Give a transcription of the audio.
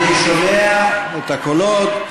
אני שומע את הקולות.